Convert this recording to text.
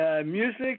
Music